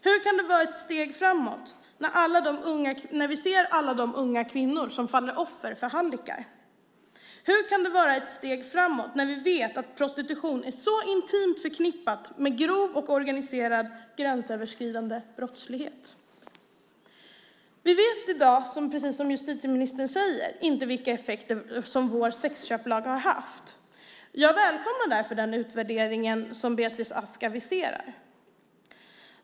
Hur kan det vara ett steg framåt när vi ser alla de unga kvinnor som faller offer för hallickar? Hur kan det vara ett steg framåt när vi vet att prostitution är så intimt förknippat med grov och organiserad gränsöverskridande brottslighet? Vi vet i dag, precis som justitieministern säger, inte vilka effekter som vår sexköpslag har haft. Jag välkomnar därför den utvärdering som Beatrice Ask aviserar.